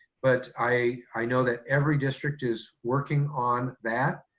but i i know that every district is working on that.